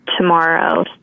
tomorrow